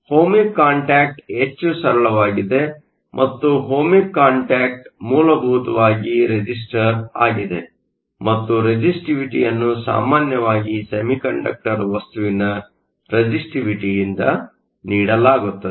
ohmic contact ಹೆಚ್ಚು ಸರಳವಾಗಿದೆ ಮತ್ತು ಓಹ್ಮಿಕ್ ಕಾಂಟ್ಯಾಕ್ಟ್ ಮೂಲಭೂತವಾಗಿ ರೆಸಿಸ್ಟರ್ ಆಗಿದೆ ಮತ್ತು ರೆಸಿಸ್ಟಿವಿಟಿಯನ್ನು ಸಾಮಾನ್ಯವಾಗಿ ಸೆಮಿಕಂಡಕ್ಟರ್ ವಸ್ತುವಿನ ರೆಸಿಸ್ಟಿವಿಟಿಯಿಂದ ನೀಡಲಾಗುತ್ತದೆ